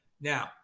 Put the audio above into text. Now